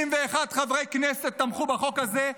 71 חברי כנסת תמכו בחוק הזה,